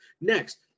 Next